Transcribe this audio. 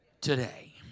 today